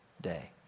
day